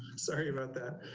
sorry about that.